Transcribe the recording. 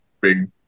big